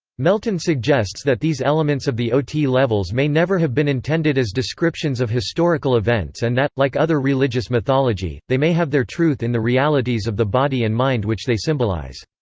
melton suggests that these elements of the ot levels may never have been intended as descriptions of historical events and that, like other religious mythology, they may have their truth in the realities of the body and mind which they symbolize.